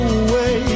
away